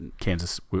Kansas